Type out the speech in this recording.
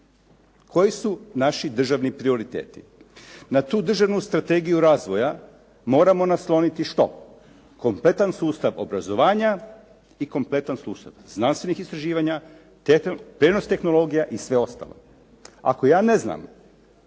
koji su naši državni prioriteti. Na tu državnu strategiju razvoja moramo nasloniti što? Kompletan sustav obrazovanja i kompletan sustav znanstvenih istraživanja, prijenos tehnologija i sve ostalo. Ako ja ne znam